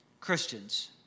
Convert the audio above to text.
Christians